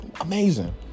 Amazing